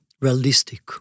realistic